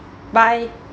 bye